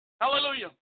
Hallelujah